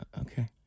Okay